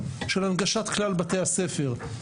של הנגשת כלל בתי הספר.